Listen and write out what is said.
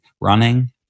running